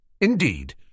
Indeed